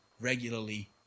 regularly